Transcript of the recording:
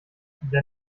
der